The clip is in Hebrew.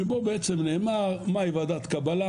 שבו בעצם נאמר מהי ועדת קבלה,